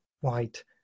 white